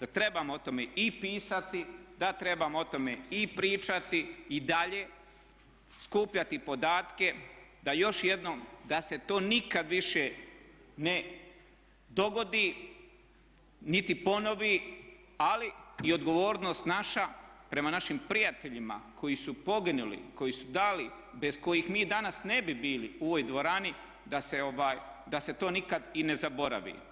da trebamo o tome i pisati, da trebamo o tome i pričati i dalje, skupljati podatke da još jednom, da se to nikad više ne dogodi, niti ponovi ali i odgovornost naša prema našim prijateljima koji su poginuli, koji su dali, bez kojih mi danas ne bi bili u ovoj dvorani da se to nikad i ne zaboravi.